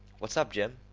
what's up, jim?